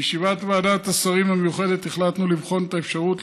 בישיבת ועדת השרים המיוחדת החלטנו לבחון את האפשרות